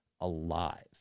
alive